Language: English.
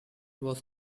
was